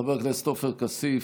חבר הכנסת עופר כסיף,